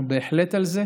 אנחנו בהחלט על זה.